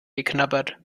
geknabbert